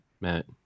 Matt